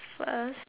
first